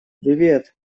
привет